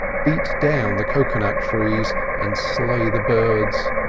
beat down the coconut trees, and slay the birds.